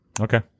Okay